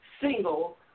single